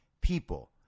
people